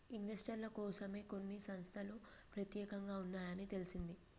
ఇన్వెస్టర్ల కోసమే కొన్ని సంస్తలు పెత్యేకంగా ఉన్నాయని తెలిసింది